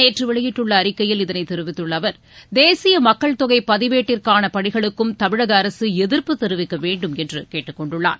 நேற்று வெளியிட்டுள்ள அறிக்கையில் இதனைத் தெரிவித்துள்ள அவர் தேசிய மக்கள் தொகை பதிவேட்டிற்கான பணிகளுக்கும் தமிழக அரசு எதிர்ப்பு தெரிவிக்க வேண்டும் என்று கேட்டுக் கொண்டுள்ளார்